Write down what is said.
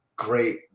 great